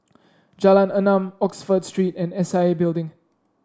Jalan Enam Oxford Street and S I A Building